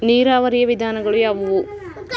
ನೀರಾವರಿಯ ವಿಧಾನಗಳು ಯಾವುವು?